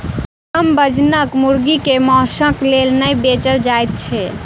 कम वजनक मुर्गी के मौंसक लेल नै बेचल जाइत छै